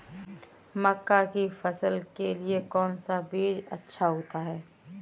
मक्का की फसल के लिए कौन सा बीज अच्छा होता है?